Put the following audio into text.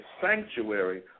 sanctuary